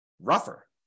rougher